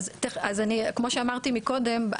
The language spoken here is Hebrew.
כמו שאמרתי קודם,